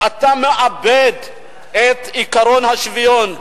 אתה מאבד את עקרון השוויון.